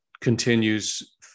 continues